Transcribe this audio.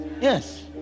yes